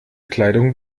kleidung